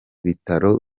bitaro